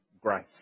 grace